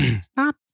stop